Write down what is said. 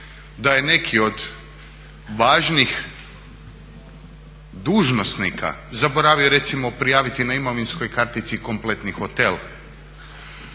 da je neki od važnih dužnosnika zaboravio recimo prijaviti na imovinskoj kartici kompletni hotel.